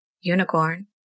Unicorn